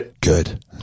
Good